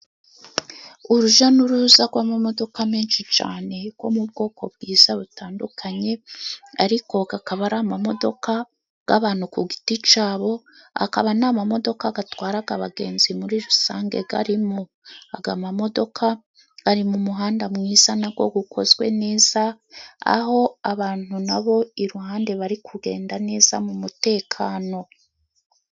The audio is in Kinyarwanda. Urujya n'uruza rw'imodoka nyinshi cyane, yo mu bwoko bwiza butandukanye, ariko akaba ari imodoka y'abantu, ku giti cyabo, hakaba n'imodoka zitwara abagenzi muri rusange, arimo imodoka ziri mu muhanda mwiza na wo ukozwe neza, aho abantu na bo iruhande bari kugenda neza mu mutekano.